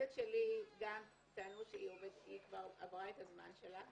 כי העובדת שלי גם טענו שהיא כבר עברה את הזמן שלה.